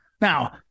Now